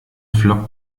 flockt